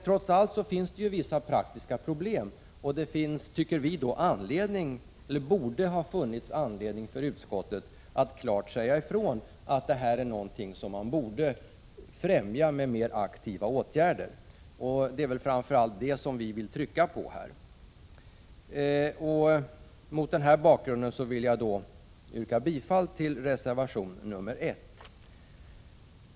Trots allt finns det vissa praktiska problem, och vi tycker att det borde ha funnits anledning för utskottet att klart säga ifrån att detta är något som man borde främja med mer aktiva åtgärder. Det är framför allt detta som vi vill trycka på i detta sammanhang. Mot denna bakgrund vill jag yrka bifall till reservation 1.